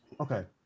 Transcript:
okay